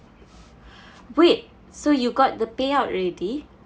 wait so you got the payout already